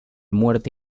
muerte